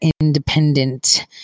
independent